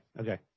Okay